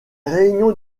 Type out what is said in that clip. réunions